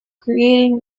creating